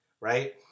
right